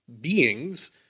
beings